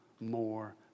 more